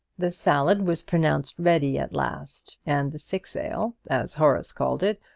the salad was pronounced ready at last, and the six ale, as horace called it,